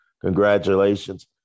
Congratulations